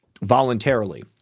voluntarily